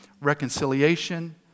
reconciliation